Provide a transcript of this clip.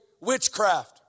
witchcraft